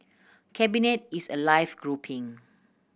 cabinet is a live grouping